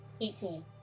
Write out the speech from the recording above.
Eighteen